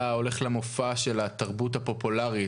אתה הולך למופע של התרבות הפופולארי,